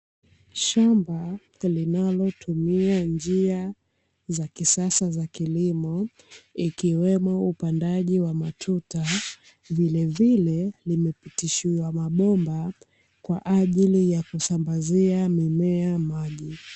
Shamba linalotumia njia za kisasa za kilimo ikiwemo upandaji wa matuta, vilevile limepitishiwa mabomba kwa ajili ya kusambazia mimea maji.